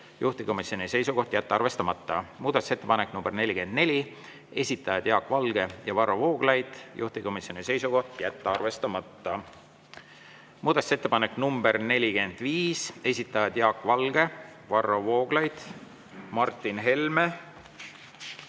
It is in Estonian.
juhtivkomisjoni seisukoht on jätta arvestamata. Muudatusettepanek nr 44, esitajad Jaak Valge ja Varro Vooglaid, juhtivkomisjoni seisukoht on jätta arvestamata. Muudatusettepanek nr 45, esitajad Jaak Valge, Varro Vooglaid, Martin Helme